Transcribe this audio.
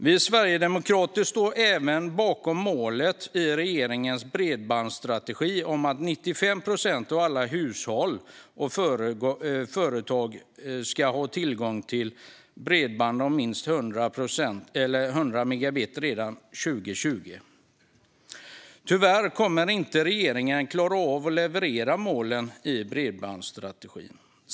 Vi sverigedemokrater står även bakom målet i regeringens bredbandsstrategi om att 95 procent av alla hushåll och företag ska ha tillgång till bredband om minst 100 megabit per sekund redan 2020. Tyvärr kommer regeringen inte att klara av att leverera målen i bredbandsstrategin.